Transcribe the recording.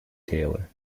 taylor